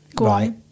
Right